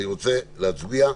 אני רוצה להצביע.